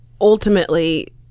ultimately